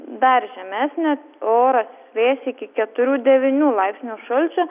dar žemesnė oras vės iki keturių devynių laipsnių šalčio